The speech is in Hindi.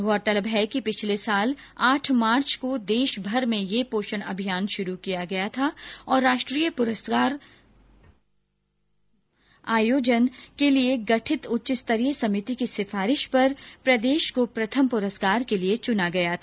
गौरतलब है कि पिछले साल आठ मार्च को देशमर में यह पोषण अभियान शुरू किया गया था और राष्ट्रीय प्रस्कार आयोजन के लिए गठित उच्च स्तरीय समिति की सिफारिश पर प्रदेश को प्रथम पुरस्कार के लिए चुना गया था